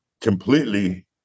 completely